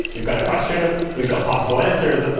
we've got a question, we've got possible answers. ah